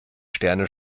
sterne